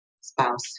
spouse